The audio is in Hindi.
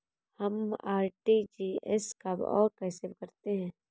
हम आर.टी.जी.एस कब और कैसे करते हैं?